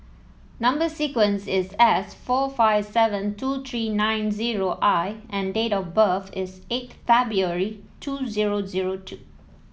number sequence is S four five seven two three nine zero I and date of birth is eight February two zero zero two